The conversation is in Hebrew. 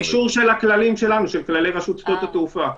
האישור של הכללים של רשות שדות התעופה.